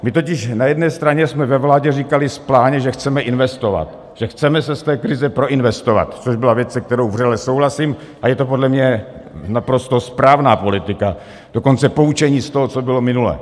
My totiž na jedné straně jsme ve vládě říkali správně, že chceme investovat, že se chceme z té krize proinvestovat, což byla věc, se kterou vřele souhlasím, a je to podle mě naprosto správná politika, dokonce poučení z toho, co bylo minule.